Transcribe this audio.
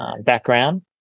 background